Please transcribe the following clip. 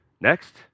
Next